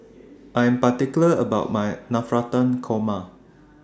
I Am particular about My Navratan Korma